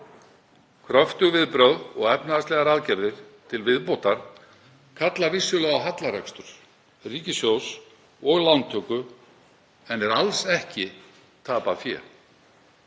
Kröftug viðbrögð og efnahagslegar aðgerðir til viðbótar kalla vissulega á hallarekstur ríkissjóðs og lántöku, en er alls ekki tapað fé